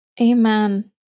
Amen